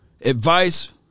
advice